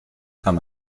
kann